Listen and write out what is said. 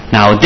Now